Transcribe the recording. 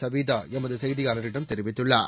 சவிதா நமது செய்தியாளரிடம் தெரிவித்துள்ளார்